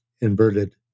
inverted